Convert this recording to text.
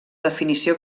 definició